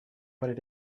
what